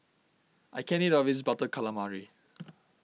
I can't eat all of this Butter Calamari